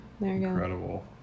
incredible